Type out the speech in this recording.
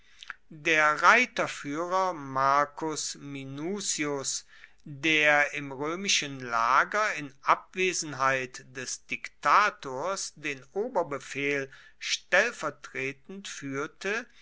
der reiterfuehrer marcus minucius der im roemischen lager in abwesenheit des diktators den oberbefehl stellvertretend fuehrte